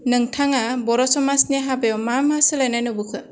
नोंथाङा बर' समाजनि हाबायाव मा मा सोलायनाय नुबोखो